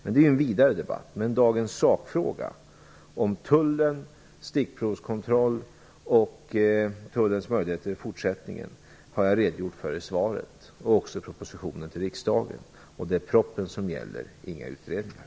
Det är en vidare debatt. Men dagens sakfråga om Tullen, stickprovskontroll och Tullens möjligheter i fortsättningen har jag redogjort för i svaret och också i propositionen till riksdagen. Det är propositionen som gäller - inga utredningar.